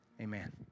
Amen